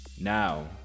Now